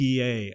PA